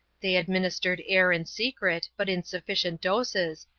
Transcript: they administered air in secret, but in sufficient doses,